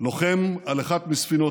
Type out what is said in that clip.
במדינה שלנו,